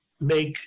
make